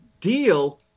deal